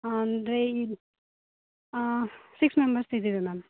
ಅಂದರೆ ಈ six members ಇದ್ದೀವಿ ಮ್ಯಾಮ್